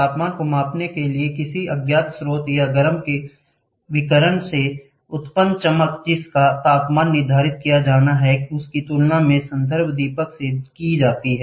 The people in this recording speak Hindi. तापमान को मापने के लिए किसी अज्ञात स्रोत या गर्म के विकिरण से उत्पन्न चमक जिसका तापमान निर्धारित किया जाना है उसकी तुलना संदर्भ दीपक से की जाती है